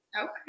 okay